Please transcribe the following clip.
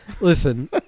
Listen